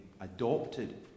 adopted